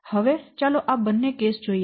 હવે ચાલો આ બંને કેસ જોઈએ